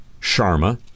Sharma